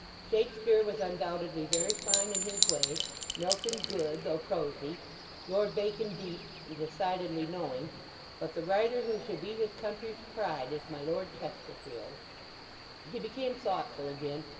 shakespeare was undoubtedly very fine in his way milton good, though prosy lord bacon deep, and decidedly knowing but the writer who should be his country's pride, is my lord chesterfield he became thoughtful again,